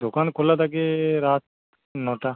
দোকান খোলা থাকে রাত নটা